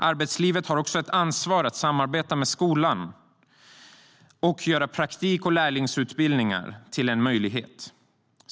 Arbetslivet har också ett ansvar för att samarbeta med skolan och göra praktik och lärlingsutbildningar till en möjlighet.